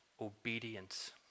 obedience